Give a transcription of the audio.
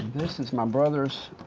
this is my brother's,